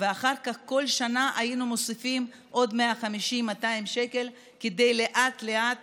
ואחר כך כל שנה היינו מוסיפים עוד 150 200 שקל כדי לשפר לאט-לאט